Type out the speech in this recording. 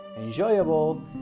enjoyable